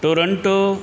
Toronto